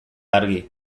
argi